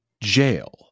jail